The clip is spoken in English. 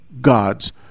God's